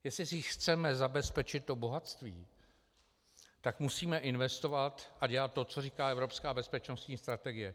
Jestli si chceme zabezpečit to bohatství, tak musíme investovat a dělat to, co říká evropská bezpečnostní strategie.